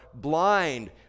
blind